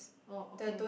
oh okay